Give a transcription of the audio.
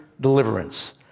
deliverance